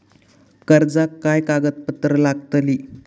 कर्जाक काय कागदपत्र लागतली?